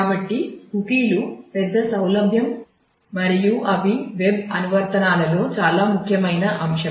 కాబట్టి కుకీలు పెద్ద సౌలభ్యం మరియు అవి వెబ్ అనువర్తనాలలో చాలా ముఖ్యమైన అంశం